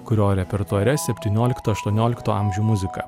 kurio repertuare septyniolikto aštuoniolikto amžių muzika